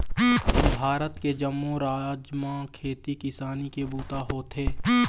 भारत के जम्मो राज म खेती किसानी के बूता होथे